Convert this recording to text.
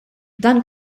dan